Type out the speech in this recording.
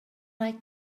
like